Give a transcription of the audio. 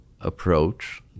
approach